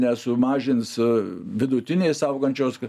nesumažins vidutiniais augančios